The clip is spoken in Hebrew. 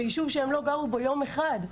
בישוב שהם לא גרו בו יום אחד.